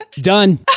Done